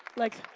like.